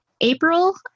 April